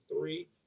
three